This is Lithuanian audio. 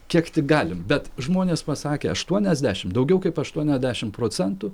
kiek tik galim bet žmonės pasakė aštuoniasdešimt daugiau kaip aštuoniasdešimt procentų